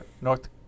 North